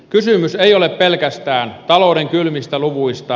kysymys ei ole pelkästään talouden kylmistä luvuista